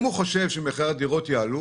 אם הוא חושב שמחירי הדירות יעלו,